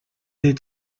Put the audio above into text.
des